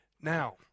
Now